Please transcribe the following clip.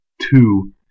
two